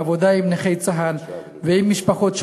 בעבודה עם נכי צה"ל ועם משפחות שכולות,